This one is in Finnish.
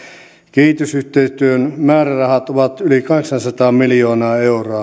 kehitysyhteistyön määrärahat ovat yli kahdeksansataa miljoonaa euroa